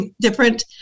different